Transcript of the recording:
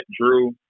Drew